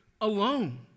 alone